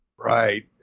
Right